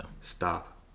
Stop